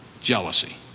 jealousy